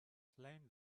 slain